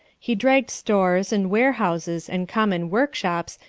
he dragged stores, and warehouses, and common workshops,